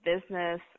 business